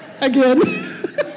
Again